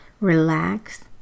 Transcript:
relax